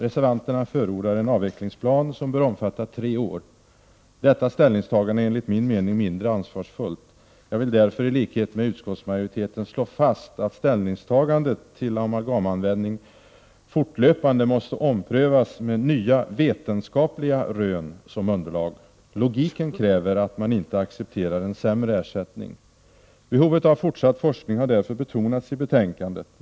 Reservanterna förordar en avvecklingsplan som bör omfatta tre år. Detta ställningtagande är enligt min mening mindre ansvarsfullt. Jag vill därför i likhet med utskottsmajoriteten slå fast att ställningstagandet till amalgamanvändning fortlöpande måste omprövas med nya vetenskapliga rön som underlag. Logiken kräver att man inte accepterar en sämre ersättning. Behovet av fortsatt forskning har därför betonats i betänkandet.